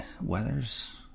weather's